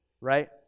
right